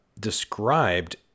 described